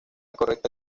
correcta